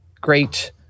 great